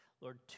Lord